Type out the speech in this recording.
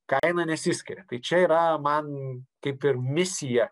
kaina nesiskiria tai čia yra man kaip ir misija